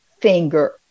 finger